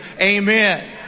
amen